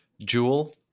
jewel